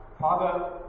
Father